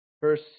Verse